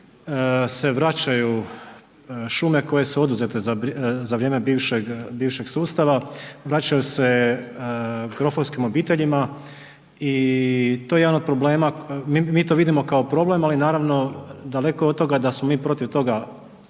se vraćaju šume koje su oduzete za vrijeme bivšeg sustava, vraćaju se grofovskim obiteljima i to je jedan problema, mi to vidimo kao problem ali naravno daleko od toga da smo mi protiv toga,